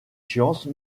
sciences